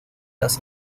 las